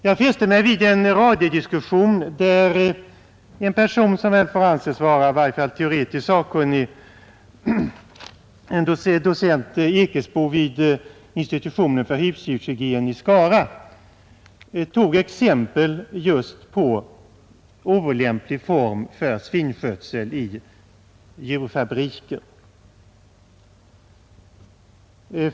Jag fäste mig vid en radiodiskussion, där en person som väl får anses vara i varje fall teoretiskt sakkunnig, nämligen docent Ekesbo vid institutionen för husdjurshygien i Skara, tog exempel just på olämplig form av svinskötsel vid djurfabrikerna.